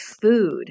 food